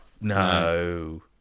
no